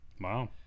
wow